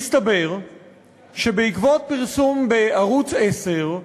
מסתבר שבעקבות פרסום בערוץ 10,